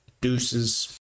Deuces